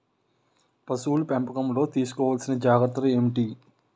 పశువుల పెంపకంలో తీసుకోవల్సిన జాగ్రత్త లు ఏంటి?